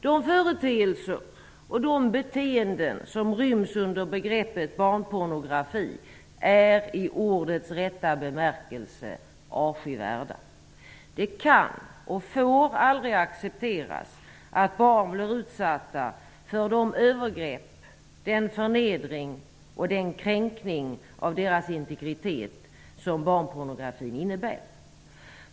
De företeelser och de beteenden som ryms under begreppet barnpornografi är i ordets rätta bemärkelse avskyvärda. Det kan och får aldrig accepteras att barn blir utsatta för de övergrepp, den förnedring och den kränkning av deras integritet som barnpornografin innebär.